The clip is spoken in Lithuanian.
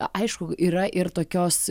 aišku yra ir tokios